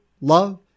love